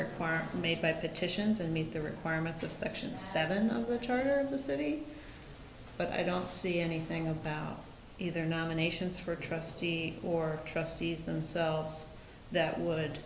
requirements made by petitions and meet the requirements of section seven of the charter of the city but i don't see anything about either nominations for trustee or trustees themselves that would